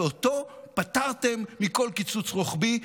ואותו פטרתם מכל קיצוץ רוחבי,